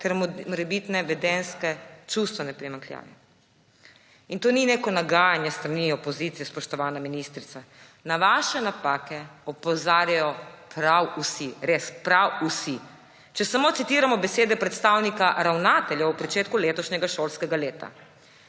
ter morebitne vedenjske, čustvene primanjkljaje. To ni neko nagajanje s strani opozicije, spoštovana ministrica. Na vaše napake opozarjajo prav vsi, res prav vsi. Če samo citiramo besede predstavnika ravnateljev ob pričetku letošnjega šolskega leta: